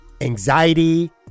anxiety